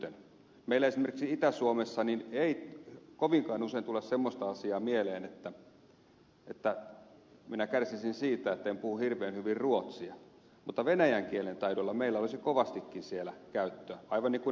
meillä esimerkiksi itä suomessa ei kovinkaan usein tule semmoista asiaa mieleen että minä kärsisin siitä etten puhu hirveän hyvin ruotsia mutta venäjän kielen taidolla meillä olisi kovastikin siellä käyttöä aivan niin kuin ed